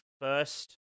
first